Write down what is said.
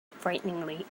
frighteningly